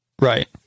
Right